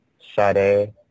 Shade